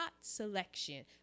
selection